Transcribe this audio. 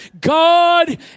God